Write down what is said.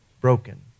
broken